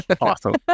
awesome